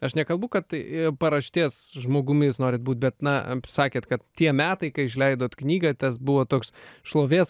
aš nekalbu kad tai paraštės žmogumi jūs norit būt bet na sakėt kad tie metai kai išleidot knygą tas buvo toks šlovės